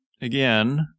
again